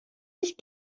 ich